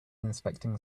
inspecting